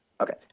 Okay